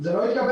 זה לא התקבל.